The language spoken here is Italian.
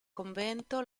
convento